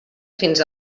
fins